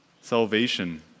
salvation